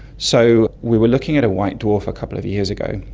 so we were looking at a white dwarf a couple of years ago,